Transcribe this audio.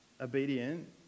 obedient